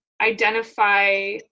identify